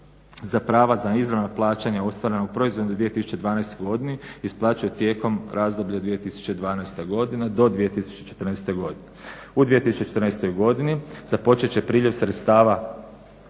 za prava, za izravna plaćanja ostvarena u proizvodnoj 2012. godini isplaćuju tijekom razdoblja 2012. godina do 2014. godine. U 2014. godini započet će priljev sredstava